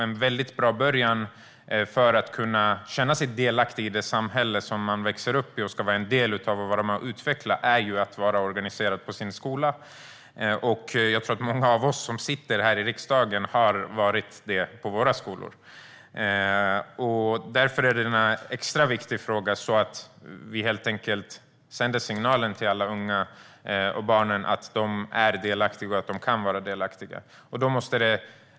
En väldigt bra början för att kunna känna sig delaktig i det samhälle som man växer upp i, ska vara en del av och vara med och utveckla är att vara organiserad på sin skola. Jag tror att många av oss som sitter här i riksdagen har varit det på våra skolor, och därför är det viktigt att vi sänder signalen till alla unga och barn att de är delaktiga och kan vara delaktiga.